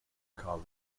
kabel